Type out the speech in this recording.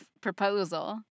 proposal